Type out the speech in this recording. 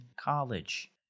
college